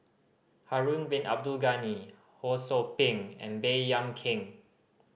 Harun Bin Abdul Ghani Ho Sou Ping and Baey Yam Keng